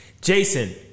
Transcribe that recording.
Jason